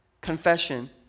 Confession